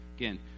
Again